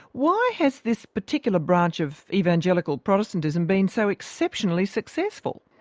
why has this particular branch of evangelical protestantism been so exceptionally successful?